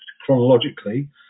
chronologically